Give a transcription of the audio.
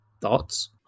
Thoughts